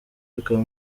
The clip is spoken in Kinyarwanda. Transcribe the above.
bikaba